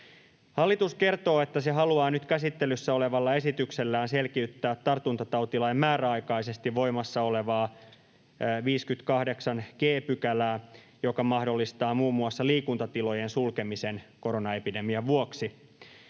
Hallitus kertoo, että se haluaa nyt käsittelyssä olevalla esityksellään selkiyttää tartuntatautilain määräaikaisesti voimassa olevaa 58 g §:ää, joka mahdollistaa muun muassa liikuntatilojen sulkemisen koronaepidemian vuoksi.